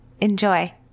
Enjoy